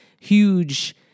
huge